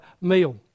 meal